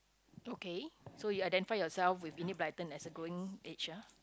okay so you identify yourself with Enid-Blyton as a growing age ah